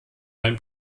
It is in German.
neun